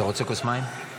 אתה רוצה כוס מים?